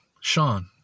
Sean